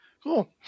Cool